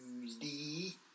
Tuesday